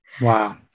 Wow